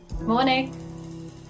Morning